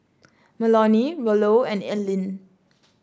Melonie Rollo and Alleen